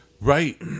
Right